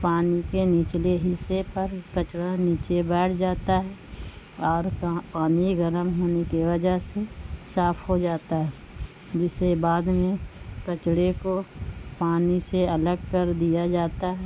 پانی کے نیچلے حصے پر کچڑا نیچے بانٹھ جاتا ہے اور پانی گرم ہونے کی وجہ سے صاف ہو جاتا ہے جسے بعد میں کچڑے کو پانی سے الگ کر دیا جاتا ہے